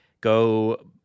go